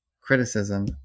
criticism